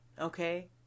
Okay